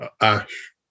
Ash